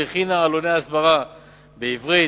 והכינה עלוני הסברה בעברית,